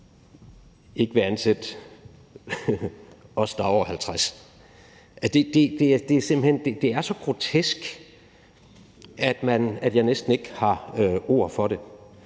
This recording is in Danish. ikke vil ansætte os, der er over 50 år. Det er simpelt hen så grotesk, at jeg næsten ikke har ord for det.